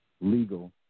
legal